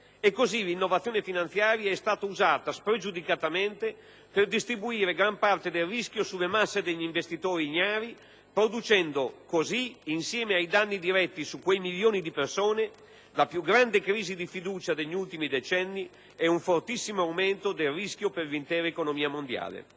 Così l'innovazione finanziaria è stata usata spregiudicatamente per distribuire gran parte del rischio sulle masse degli investitori ignari, producendo così, insieme ai danni diretti su quei milioni di persone, la più grande crisi di fiducia degli ultimi decenni e un fortissimo aumento del rischio per l'intera economia mondiale.